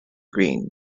green